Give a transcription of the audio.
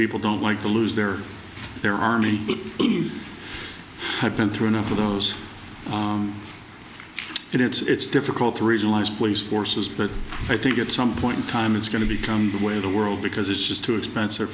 i don't like to lose their their army but i've been through enough of those and it's difficult to regionalize police forces but i think at some point in time it's going to become the way the world because it's just too expensive